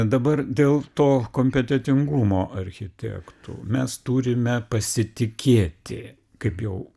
dabar dėl to kompetentingumo architektų mes turime pasitikėti kaip jau